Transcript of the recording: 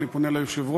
אני פונה ליושב-ראש,